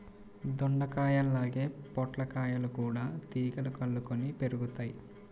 దొండకాయల్లాగే పొట్లకాయలు గూడా తీగలకు అల్లుకొని పెరుగుతయ్